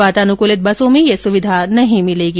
वातानुकूलित बसों में ये सुविधा नहीं मिलेगी